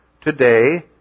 today